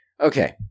Okay